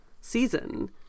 season